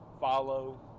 follow